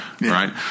right